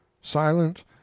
silent